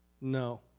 No